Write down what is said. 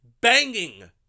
banging